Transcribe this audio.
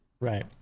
Right